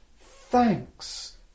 thanks